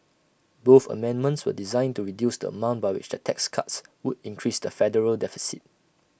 both amendments are designed to reduce the amount by which the tax cuts would increase the federal deficit